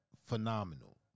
phenomenal